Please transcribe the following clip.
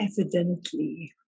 evidently